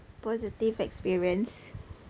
positive experience